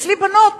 אצלי בנות,